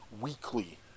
weekly